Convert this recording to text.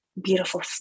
beautiful